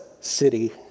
city